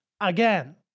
Again